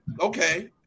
okay